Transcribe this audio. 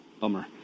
bummer